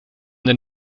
denn